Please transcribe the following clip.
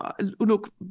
look